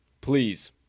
Please